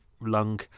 lung